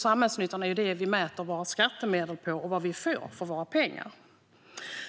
Samhällsnyttan är ju vårt sätt att mäta vad vi får för våra skattemedel.